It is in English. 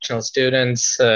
students